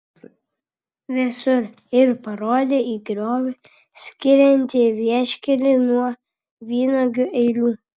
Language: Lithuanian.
visur ir parodė į griovį skiriantį vieškelį nuo vynuogių eilių